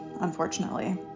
unfortunately